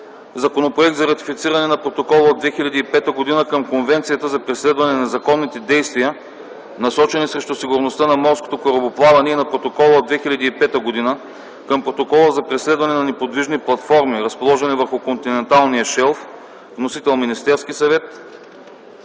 Законопроект за ратифициране на Протокола от 2005 г. към Конвенцията за преследване на незаконните действия, насочени срещу сигурността на морското корабоплаване и на Протокола от 2005 г. към Протокола за преследване на неподвижни платформи, разположени върху континенталния шелф. Вносител е Министерският съвет.